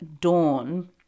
dawn